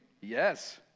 Yes